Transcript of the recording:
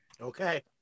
Okay